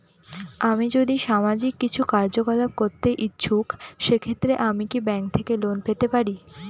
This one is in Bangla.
আমি যদি সামাজিক কিছু কার্যকলাপ করতে ইচ্ছুক সেক্ষেত্রে আমি কি ব্যাংক থেকে লোন পেতে পারি?